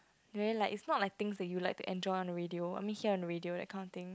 very like it's not like things you like to enjoy on the radio I mean hear on the radio that kind of thing